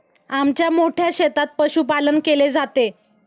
आमच्या मोठ्या शेतात पशुपालन केले जाते